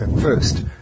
first